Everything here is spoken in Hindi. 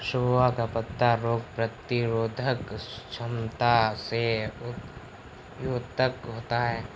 सोआ का पत्ता रोग प्रतिरोधक क्षमता से युक्त होता है